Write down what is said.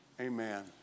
Amen